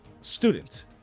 student